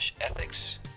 ethics